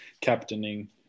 captaining